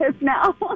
now